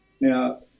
Now